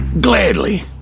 Gladly